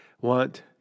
want